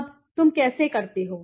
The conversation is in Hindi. अब तुम कैसे करते हो